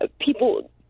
People